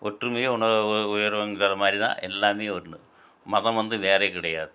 ஒற்றுமையே உணர்வு உயர்வுங்கிற மாதிரி தான் எல்லாமே ஒன்று மதம் வந்து வேறு கிடையாது